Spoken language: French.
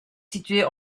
située